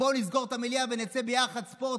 בואו נסגור את המליאה ונצא ביחד פה,